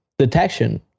detection